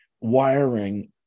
wiring